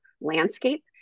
landscape